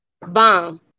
bomb